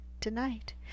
tonight